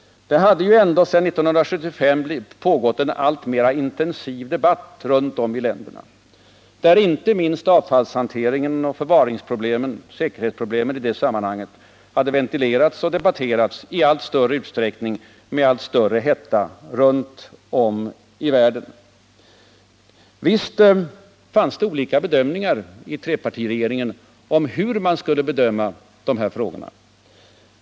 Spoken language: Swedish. Det hade ju ändå sedan 1975 pågått en alltmer intensiv debatt, där inte minst avfallshanteringen, förvaringsoch säkerhets problemen hade ventilerats och debatterats i allt större utsträckning och med allt större hetta runt om i världen. Visst fanns det i trepartiregeringen olika åsikter om hur man skulle bedöma dessa frågor.